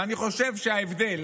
אני חושב שההבדל